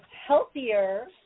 healthier